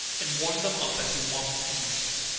and warm them up as you want to use them.